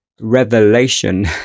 revelation